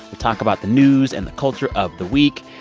we talk about the news and the culture of the week.